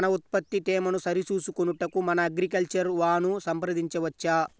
మన ఉత్పత్తి తేమను సరిచూచుకొనుటకు మన అగ్రికల్చర్ వా ను సంప్రదించవచ్చా?